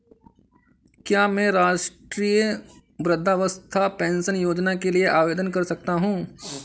क्या मैं राष्ट्रीय वृद्धावस्था पेंशन योजना के लिए आवेदन कर सकता हूँ?